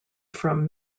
from